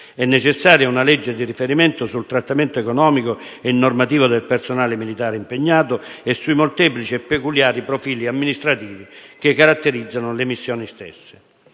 È necessaria una legge di riferimento sul trattamento economico e normativo del personale militare impegnato e sui molteplici e peculiari profili amministrativi che caratterizzano le missioni stesse.